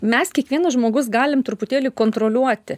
mes kiekvienas žmogus galim truputėlį kontroliuoti